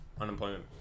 unemployment